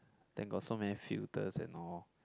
then got so many filters and all